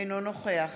אינו נוכח